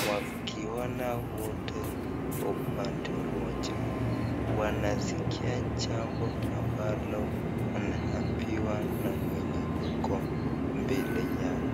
wakiona wote kwa upande mmoja . Wanasikia jambo ambalo wanaambiwa na mwenye ako mbele yao .